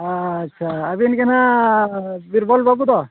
ᱟᱪᱪᱷᱟ ᱟᱹᱵᱤᱱ ᱜᱮ ᱦᱟᱸᱜ ᱵᱤᱨᱵᱚᱞ ᱵᱟᱹᱵᱩ ᱫᱚ